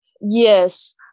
Yes